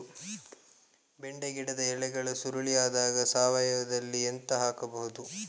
ಬೆಂಡೆ ಗಿಡದ ಎಲೆಗಳು ಸುರುಳಿ ಆದಾಗ ಸಾವಯವದಲ್ಲಿ ಎಂತ ಹಾಕಬಹುದು?